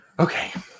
Okay